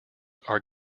are